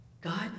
God